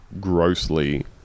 grossly